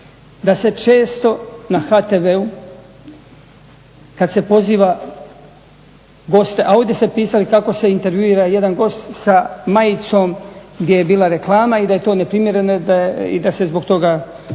da se često na HTV-u kada se poziva goste, a ovdje ste pisali kako se intervjuira jedan gost sa majicom gdje je bila reklama i da je to neprimjereno i da se zbog toga